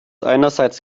einerseits